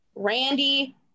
Randy